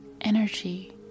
energy